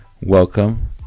Welcome